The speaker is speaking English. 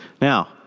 Now